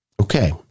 okay